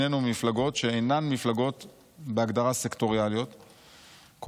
שנינו ממפלגות שאינן מפלגות סקטוריאליות בהגדרה.